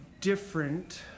different